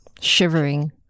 Shivering